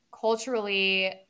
culturally